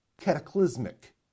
cataclysmic